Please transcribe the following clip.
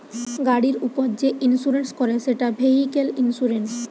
গাড়ির উপর যে ইন্সুরেন্স করে সেটা ভেহিক্যাল ইন্সুরেন্স